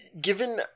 Given